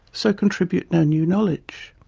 so contribute no new knowledge.